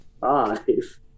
five